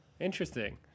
interesting